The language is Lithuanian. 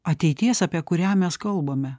ateities apie kurią mes kalbame